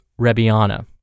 rebiana